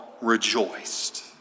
rejoiced